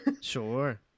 Sure